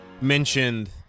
mentioned